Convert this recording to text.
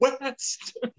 west